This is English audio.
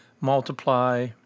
multiply